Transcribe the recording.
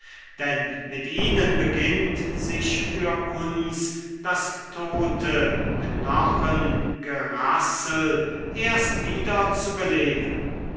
denn mit ihnen beginnt sich für uns das tote knochengerassel erst wieder zu beleben